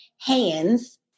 hands